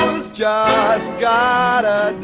his job got a